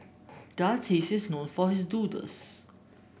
the artist is known for his doodles